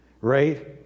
Right